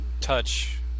touch